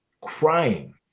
crying